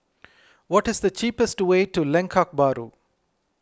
what is the cheapest way to Lengkok Bahru